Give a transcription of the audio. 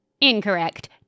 Incorrect